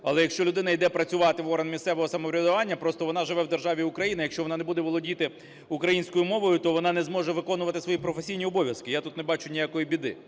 Але якщо людина йде працювати в органи місцевого самоврядування, просто вона живе в державі Україна, якщо вона не буде володіти українською мовою, то вона не зможе виконувати свої професійні обов'язки. Я тут не бачу ніякої біди.